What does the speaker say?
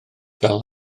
fel